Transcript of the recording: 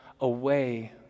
away